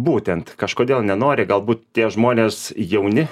būtent kažkodėl nenori galbūt tie žmonės jauni